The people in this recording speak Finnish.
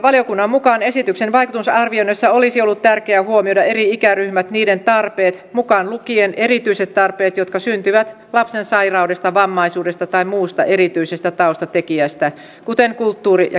valiokunnan mukaan esityksen vaikutusarvioinnissa olisi ollut tärkeä huomioida eri ikäryhmät niiden tarpeet mukaan lukien erityiset tarpeet jotka syntyvät lapsen sairaudesta vammaisuudesta tai muusta erityisestä taustatekijästä kuten kulttuuri ja kielitaustasta